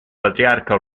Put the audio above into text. patriarca